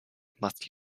must